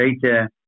greater